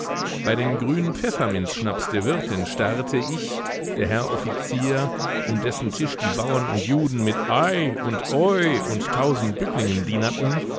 bei dem grünen pfefferminzschnaps der wirtin starrte ich der herr offizier um dessen tisch die bauern und juden mit ai und oi und tausend bücklingen